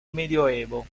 medioevo